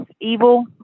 evil